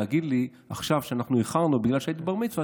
להגיד לי עכשיו שאנחנו איחרנו בגלל שאת היית בבת-מצווה,